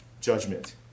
judgment